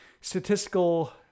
statistical